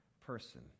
person